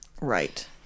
right